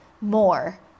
more